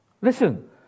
Listen